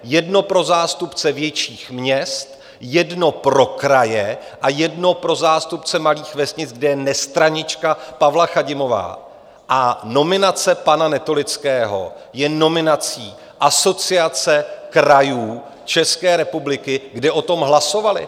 Jedno pro zástupce větších měst, jedno pro kraje a jedno pro zástupce malých vesnic, kde je nestranička Pavla Chadimová, a nominace pana Netolického je nominací Asociace krajů České republiky, kde o tom hlasovali.